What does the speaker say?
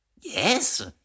Yes